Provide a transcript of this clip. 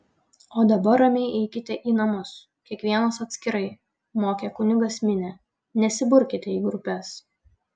o dabar ramiai eikite į namus kiekvienas atskirai mokė kunigas minią nesiburkite į grupes